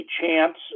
chance